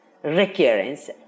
recurrence